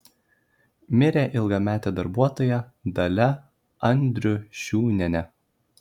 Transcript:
mirė ilgametė darbuotoja dalia andriušiūnienė